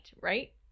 right